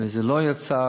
וזה לא יצא.